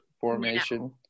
formation